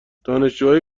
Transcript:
دانشجوهای